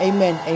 Amen